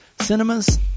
Cinemas